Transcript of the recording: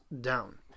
down